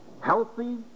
healthy